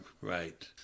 right